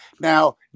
Now